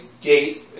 gate